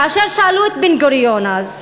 כששאלו את בן-גוריון אז: